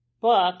book